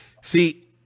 see